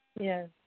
Yes